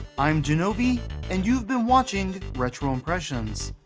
i'm jenovi and you've been watching retro impressions.